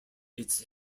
its